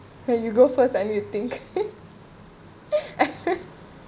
when you go first and you think